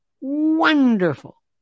Wonderful